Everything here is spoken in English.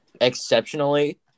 exceptionally